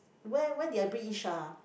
where where did I bring Yi-Sheng ah